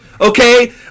okay